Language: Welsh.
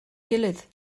gilydd